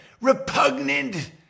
Repugnant